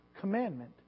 commandment